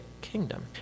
kingdom